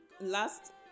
last